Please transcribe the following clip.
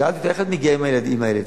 שאלתי אותה: איך את מגיעה עם הילד שלך,